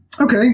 Okay